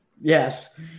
Yes